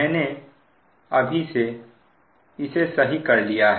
मैंने अब इसे सही कर लिया है